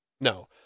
No